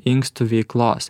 inkstų veiklos